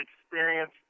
experience